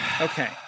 Okay